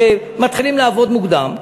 שמתחילים לעבוד מוקדם.